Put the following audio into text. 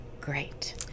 great